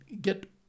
get